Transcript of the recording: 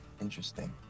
Interesting